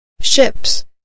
Ships